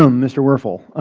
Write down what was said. um mr. werfel, ah